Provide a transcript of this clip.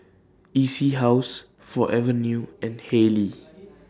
E C House Forever New and Haylee